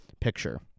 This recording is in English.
picture